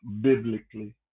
biblically